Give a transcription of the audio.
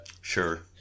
Sure